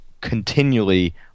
continually